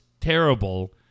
terrible